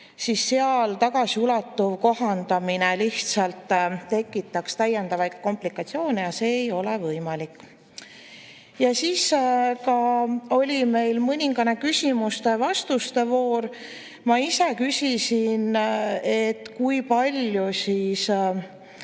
siis selle puhul tagasiulatuv kohandamine lihtsalt tekitaks täiendavaid komplikatsioone ja see ei ole võimalik. Meil oli ka mõningane küsimuste-vastuste voor. Ma ise küsisin, kui palju on seda